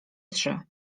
trzy